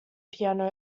piano